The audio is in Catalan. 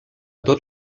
tot